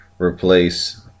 replace